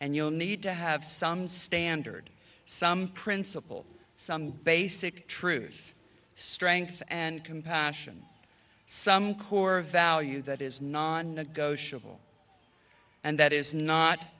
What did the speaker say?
and you'll need to have some standard some principle some basic truth strength and compassion some core value that is non negotiable and that is not